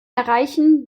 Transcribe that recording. erreichen